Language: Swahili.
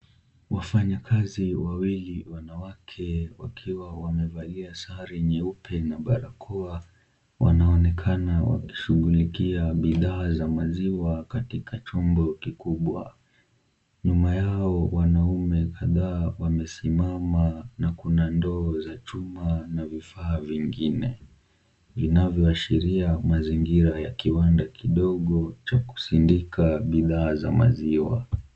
Wafanyakazi wawili wanawake wakiwa wamevalia sare nyeupe na barakoa wanaonekana wakishughulikia bidhaa za maziwa katika chombo kikubwa. Nyuma yao wanaume kadhaa wamesimama na kuna ndoo za chuma na vifaa vingine, vinavyoashiria mazingira ya kiwanda kidogo cha kusingika bidhaa za maziwa.